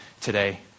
today